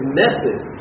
method